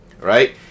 right